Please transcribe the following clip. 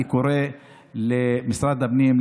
אני קורא למשרד הפנים,